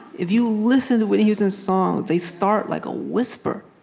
if you listen to whitney houston's songs, they start like a whisper.